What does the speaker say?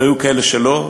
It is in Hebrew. והיו כאלה שלא,